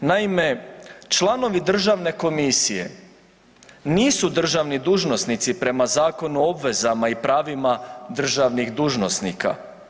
Naime, članovi državne komisije nisu državni dužnosnici prema Zakonu o obvezama i pravima državnih dužnosnika.